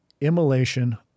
immolation